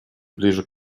ближе